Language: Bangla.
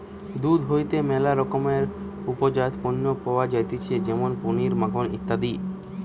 দুধ হইতে ম্যালা রকমের উপজাত পণ্য পাওয়া যাইতেছে যেমন পনির, মাখন ইত্যাদি